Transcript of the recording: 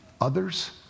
others